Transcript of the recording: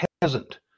peasant